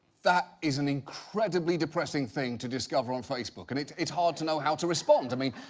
that is an incredibly depressing thing to discover on facebook and it's it's hard to know how to respond. i mean,